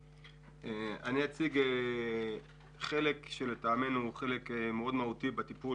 אני אציג חלק לטעמנו הוא חלק מהותי מאוד בטיפול